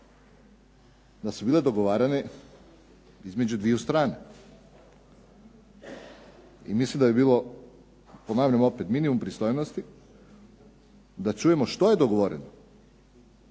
da su bile ugovarane između dviju strana. I mislim da bi bilo ponavljam opet minimum pristojnosti da čujemo što je dogovoreno,